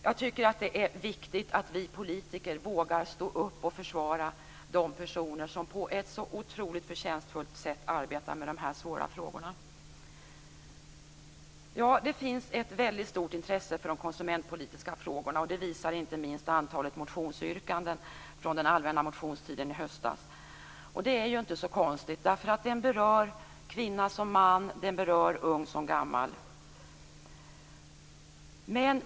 Jag tycker att det är viktigt att vi politiker vågar stå upp och försvara de personer som på ett så otroligt förtjänstfullt sätt arbetar med de här svåra frågorna. Det finns ett väldigt stort intresse för de konsumentpolitiska frågorna, och det visar inte minst antalet motionsyrkanden från den allmänna motionstiden i höstas. Det är inte så konstigt, därför att de frågorna berör kvinna som man och ung som gammal.